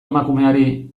emakumeari